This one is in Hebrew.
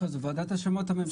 זו ועדת השמות הממשלתית.